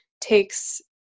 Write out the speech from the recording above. takes